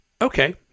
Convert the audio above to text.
Okay